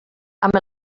amb